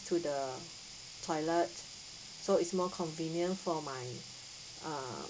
to the toilet so it's more convenient for my err